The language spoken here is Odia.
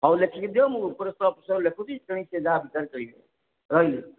ହେଉ ଲେଖିକି ଦିଅ ମୁଁ ଉପରସ୍ଥ ଅଫିସର୍ ଲେଖୁଛି ତେଣିକି ସେ ଯାହା ବିଚାର କରିବେ ରହିଲି